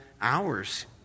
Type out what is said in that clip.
hours